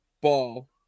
ball